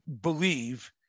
believe